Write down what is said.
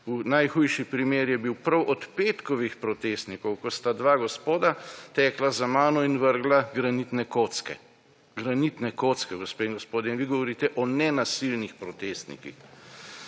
Najhujši primer je bil prav od petkovih protestnikov, ko sta dva gospoda tekla za mano in vrgla granitne kocke. Granitne kocke, gospe in gospodje, in vi govorite o nenasilnih protestnikih!